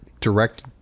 direct